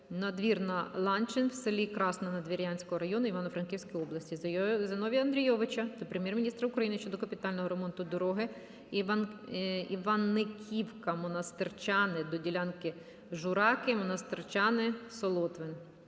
Надвірна-Ланчин в селі Красна Надвірнянського району Івано-Франківської області. Зіновія Андрійовича до Прем'єр-міністра України щодо капітального ремонту дороги С090105 Іваниківка-Монастирчани на ділянці Жураки-Монастирчани-Солотвин.